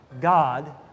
God